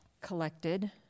collected